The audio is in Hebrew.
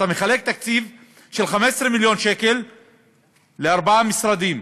אתה מחלק תקציב של 15 מיליון שקל לארבעה משרדים: